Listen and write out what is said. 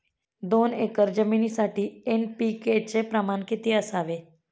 दोन एकर जमिनीसाठी एन.पी.के चे प्रमाण किती असावे?